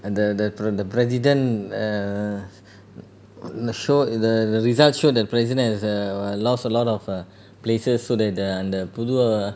அந்த அந்த:antha antha pre~ president err the show the the results show the president is err lost a lot of err places so that the the அந்த பொதுவா:antha pothuva